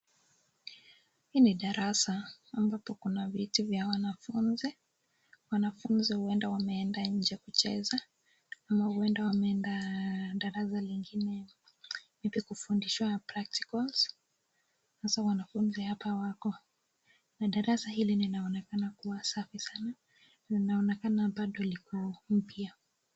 Hii ni darasa ambapo kuna viti vya wanafunzi, wanafunzi huenda wameenda nje kucheza ama huenda wameenda darasa lingine ili kufundishwa practicals hasa wanafunzi hapo hawako na darasa hili linaonekana kuwa safi sana, linaonekana bado liko mpya.